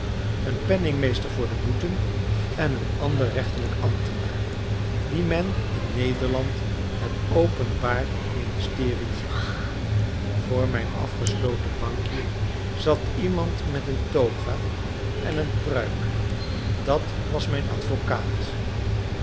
een penningmeester voor de boeten en een ander rechterlijk ambtenaar dien men in nederland het openbaar ministerie noemt voor mijn afgesloten bankje zat iemand met een toga en een pruik dat was mijn advocaat